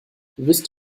wisst